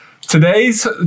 today's